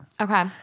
Okay